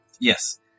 Yes